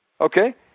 Okay